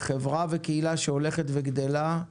חברה וקהילה שהולכת וגדלה,